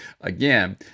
again